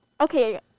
Okay